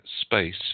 space